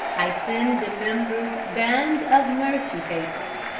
i send the members band of mercy papers,